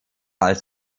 als